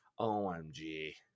OMG